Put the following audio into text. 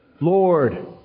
Lord